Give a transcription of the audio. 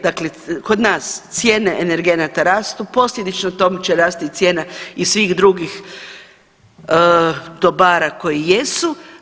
Dakle, kod nas cijene energenata rastu posljedično tome će rasti i cijena i svih drugih dobara koje jesu.